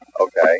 okay